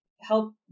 help